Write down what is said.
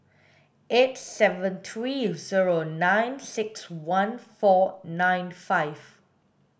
eight seven three zero nine six one four nine five